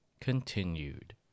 continued